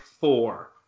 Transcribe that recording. four